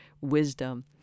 wisdom